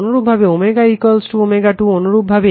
অনুরূপভাবে ω ω2 অনুরুপে